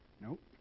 Nope